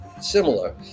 similar